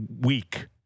week